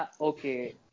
okay